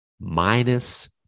minus